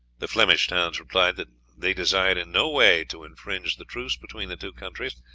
the flemish towns replied that they desired in no way to infringe the truce between the two countries,